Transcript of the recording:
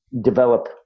develop